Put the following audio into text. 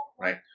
right